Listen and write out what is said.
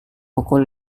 pukul